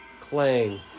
Clang